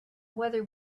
whether